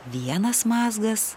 vienas mazgas